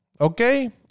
okay